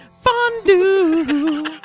Fondue